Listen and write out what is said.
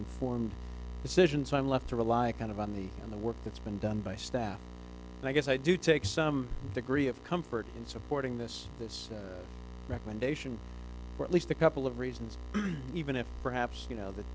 informed decisions i'm left to rely a kind of on the in the work that's been done by staff and i guess i do take some degree of comfort in supporting this this recommendation for at least a couple of reasons even if perhaps you know that